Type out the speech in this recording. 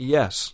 Yes